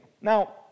Now